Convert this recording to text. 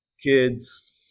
kids